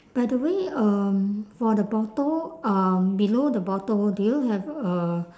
by the way um for the bottle um below the bottle do you have a